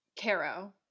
caro